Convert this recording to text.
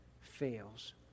fails